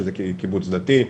שזה קיבוץ דתי,